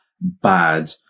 bad